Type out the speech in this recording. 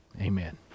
Amen